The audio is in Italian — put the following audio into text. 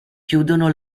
chiudono